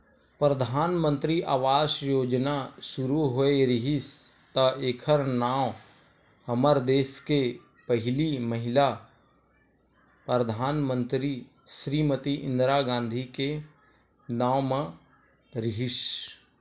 परधानमंतरी आवास योजना सुरू होए रिहिस त एखर नांव हमर देस के पहिली महिला परधानमंतरी श्रीमती इंदिरा गांधी के नांव म रिहिस